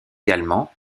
également